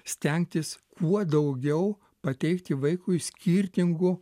stengtis kuo daugiau pateikti vaikui skirtingų